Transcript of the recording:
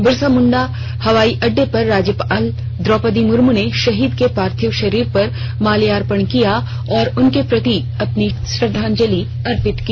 बिरसा मुंडा अवाई अड्डे पर राज्यपाल द्रौपदी मुर्मू ने शहीद के पार्थिव शरीर पर माल्यार्पन किया और उनके प्रति अपनी श्रंद्वाजलि अर्पित की